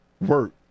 work